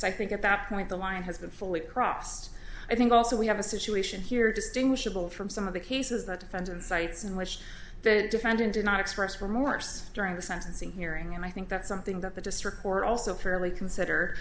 s i think at that point the line has been fully crossed i think also we have a situation here distinguishable from some of the cases that defendant sites in which the defendant did not express remorse during the sentencing hearing and i think that's something that the district court also fairly consider